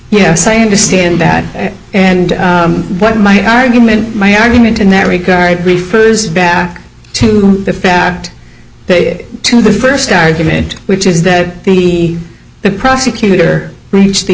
yes i understand that and what my argument my argument in that regard griefers back to the fact that to the first argument which is that the prosecutor reached the